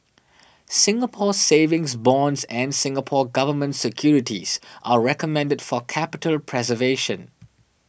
Singapore Savings Bonds and Singapore Government Securities are recommended for capital preservation